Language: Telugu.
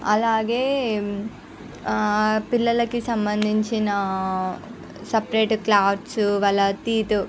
అలాగే పిల్లలకి సంబంధించిన సపరేట్ క్లాత్స్ వాళ్ల టీత్